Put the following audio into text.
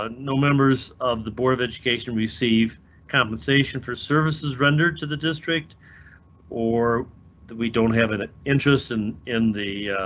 ah no members of the board of education receive compensation for services rendered to the district or we don't have an interest in in the.